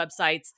websites